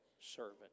servant